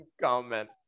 comment